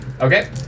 okay